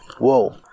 whoa